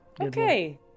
Okay